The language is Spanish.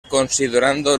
considerando